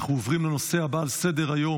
אנחנו עוברים לנושא הבא על סדר-היום: